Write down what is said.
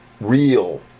real